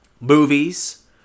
movies